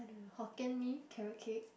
Hokkien-Mee carrot-cake